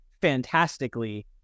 fantastically